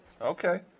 Okay